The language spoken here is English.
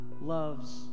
loves